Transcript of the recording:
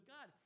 God